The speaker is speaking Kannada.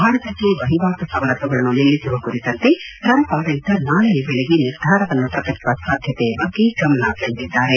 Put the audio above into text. ಭಾರತಕ್ಕೆ ವಹಿವಾಟು ಸವಲತ್ತುಗಳನ್ನು ನಿಲ್ಲಿಸುವ ಕುರಿತಂತೆ ಟ್ರಂಪ್ ಆಡಳಿತ ನಾಳೆಯ ವೇಳೆಗೆ ನಿರ್ಧಾರವನ್ನು ಪ್ರಕಟಿಸುವ ಸಾಧ್ಯತೆಯ ಬಗ್ಗೆ ಗಮನ ಸೆಳೆದಿದ್ದಾರೆ